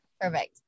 Perfect